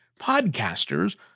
podcasters